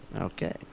Okay